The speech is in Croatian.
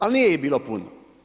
Ali nije ih bilo puno.